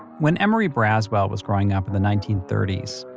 when emory braswell was growing up in the nineteen thirty s,